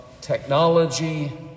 Technology